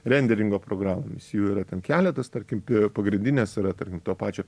renderingo programomis jų yra ten keletas tarkim pagrindinės yra tarkim to pačio